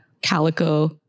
calico